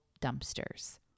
dumpsters